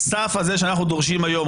הסף הזה שאנחנו דורשים היום,